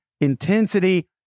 intensity